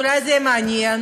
אולי זה יהיה מעניין?